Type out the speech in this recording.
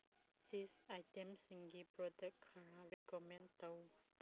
ꯆꯤꯁ ꯑꯥꯏꯇꯦꯝꯁꯤꯡꯒꯤ ꯄ꯭ꯔꯗꯛ ꯈꯔ ꯔꯤꯀꯃꯟ ꯇꯧ